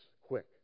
Quick